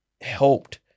Helped